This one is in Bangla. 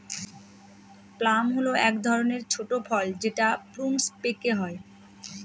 প্লাম হল এক ধরনের ছোট ফল যেটা প্রুনস পেকে হয়